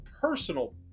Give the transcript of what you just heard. personal